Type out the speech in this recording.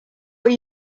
what